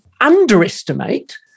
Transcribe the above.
underestimate